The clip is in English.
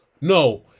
No